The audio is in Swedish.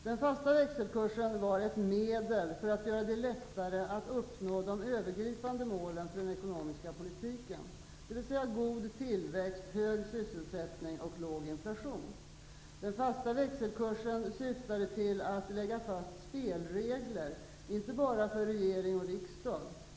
Den fasta växelkursen var ett medel för att göra det lättare att uppnå de övergripande målen för den ekonomiska politiken, dvs. god tillväxt, hög sysselsättning och låg inflation. Den fasta växelkursen syftade till att lägga fast spelregler, inte bara för regering och riksdag.